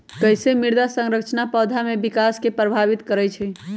कईसे मृदा संरचना पौधा में विकास के प्रभावित करई छई?